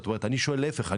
אני שואל להפך,